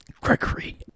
Gregory